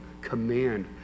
command